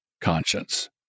conscience